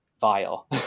vile